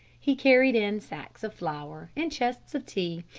he carried in sacks of flour and chests of tea,